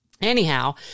Anyhow